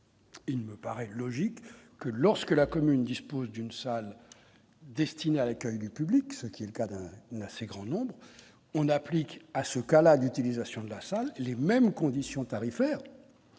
Il me paraît logique que lorsque la commune dispose d'une salle destinée à l'accueil du public, ce qui est le cas d'un assez grand nombre, on applique à ce cas-là, d'utilisation de la salle les mêmes conditions tarifaires